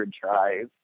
tries